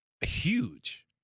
Huge